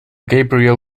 gabriel